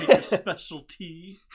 Specialty